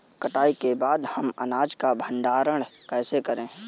कटाई के बाद हम अनाज का भंडारण कैसे करें?